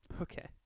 Okay